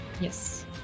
Yes